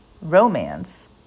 romance